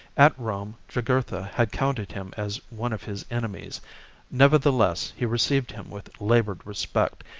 at rome, jugurtha had counted him as one of his enemies nevertheless, he received him with laboured respect,